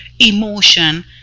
emotion